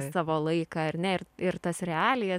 savo laiką ar ne ir ir tas realijas